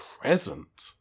present